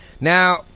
Now